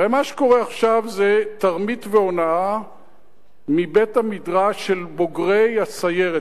הרי מה שקורה עכשיו זה תרמית והונאה מבית-המדרש של בוגרי הסיירת,